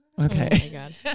Okay